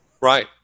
Right